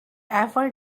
ever